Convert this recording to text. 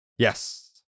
Yes